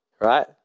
Right